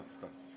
סתם,